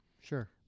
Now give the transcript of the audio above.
Sure